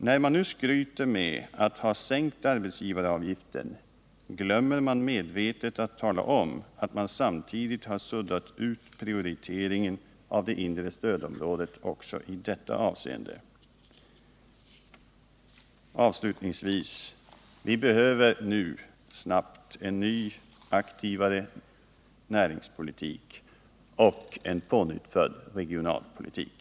När man nu skryter med att ha sänkt arbetsgivaravgift glömmer man medvetet att tala om att man samtidigt har suddat ut prioriteringen av det inre stödområdet också i detta avseende. Avslutningsvis: Vi behöver nu snabbt en ny aktivare näringspolitik och en pånyttfödd regionalpolitik.